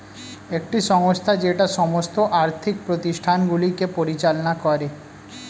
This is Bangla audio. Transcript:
একটি সংস্থা যেটা সমস্ত আর্থিক প্রতিষ্ঠানগুলিকে পরিচালনা করে